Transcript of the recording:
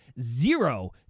zero